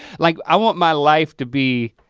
like i want my life to be